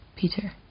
Peter